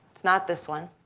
it's not this one,